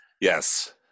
Yes